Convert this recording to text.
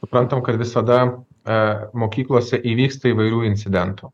suprantam kad visada mokyklose įvyksta įvairių incidentų